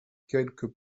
quelques